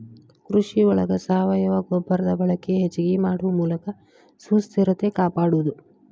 ಕೃಷಿ ಒಳಗ ಸಾವಯುವ ಗೊಬ್ಬರದ ಬಳಕೆ ಹೆಚಗಿ ಮಾಡು ಮೂಲಕ ಸುಸ್ಥಿರತೆ ಕಾಪಾಡುದು